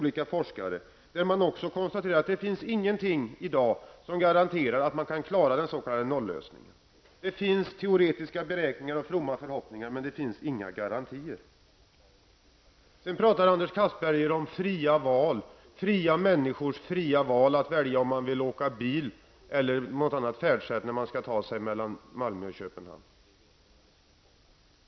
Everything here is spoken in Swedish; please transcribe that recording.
Där konstaterar man att det inte i dag finns någonting som garanterar att man kan klara den s.k. nolllösningen. Det finns teoretiska beräkningar och fromma förhoppningar, men inga garantier. Sedan talar Anders Castberger om fria människors fria val som kan välja att åka bil eller välja något annat färdsätt när man skall ta sig mellan Malmö och Köpenhamn.